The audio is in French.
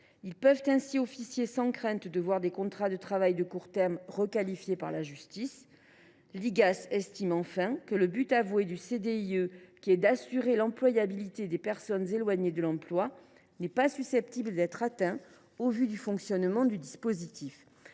Ils peuvent ainsi officier sans crainte de voir des contrats de travail de court terme requalifiés par la justice. L’Igas estime enfin que le but avoué du CDIE – assurer l’employabilité des personnes éloignées de l’emploi – n’est pas susceptible d’être atteint au vu du fonctionnement du dispositif.